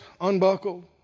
unbuckled